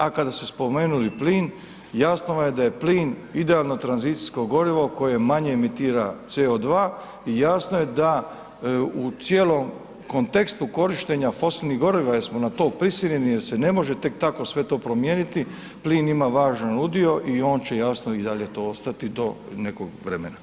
A kada ste spomenuli plin, javno vam je da je plin idealno tranzicijsko gorivo koje manje emitira CO2 i jasno je da u cijelom kontekstu korištenja fosilnih goriva jel smo na to prisiljeni jer se ne može tek tako sve to promijeniti, plin ima važan udio i on će jasno i dalje to ostati do nekog vremena.